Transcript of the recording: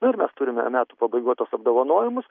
nu ir mes turime metų pabaigoj tuos apdovanojimus